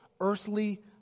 earthly